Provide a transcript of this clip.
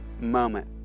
moment